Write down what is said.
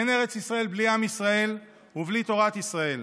אין ארץ ישראל בלי עם ישראל ובלי תורת ישראל,